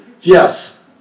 Yes